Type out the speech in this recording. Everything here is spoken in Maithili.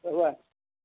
बौआ